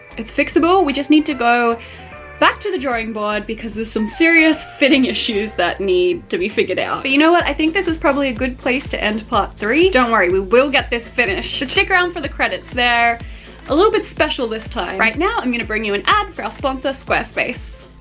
it's fixable, we just need to go back to the drawing board because there's some serious fitting issues that need to be figured out. but you know what, i think this is probably a good place to end part three. don't worry, we will get this finished. so stick around for the credits, they're a little bit special this time. right now, i'm gonna bring you an add for our sponsor squarespace.